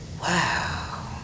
Wow